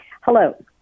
Hello